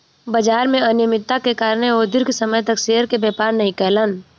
बजार में अनियमित्ता के कारणें ओ दीर्घ समय तक शेयर के व्यापार नै केलैन